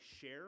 share